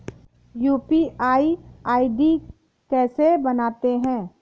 UPI ID कैसे बनाते हैं?